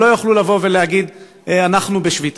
הם לא יוכלו להגיד: אנחנו בשביתה.